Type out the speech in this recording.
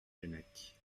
keinec